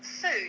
food